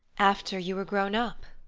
after you were grown up?